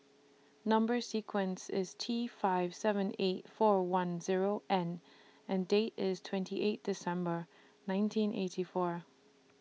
Number sequence IS T five seven eight four one Zero N and Date IS twenty eight December nineteen eighty four